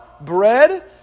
bread